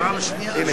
הנה,